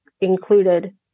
included